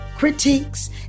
Critiques